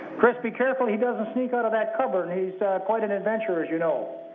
chris, be careful he doesn't sneak out of that cupboard. he's quite an adventurer, as you know.